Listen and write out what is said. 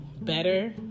better